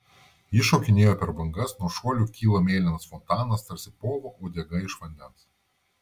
ji šokinėja per bangas nuo šuolių kyla mėlynas fontanas tarsi povo uodega iš vandens